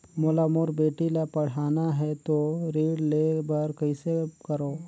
मोला मोर बेटी ला पढ़ाना है तो ऋण ले बर कइसे करो